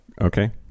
Okay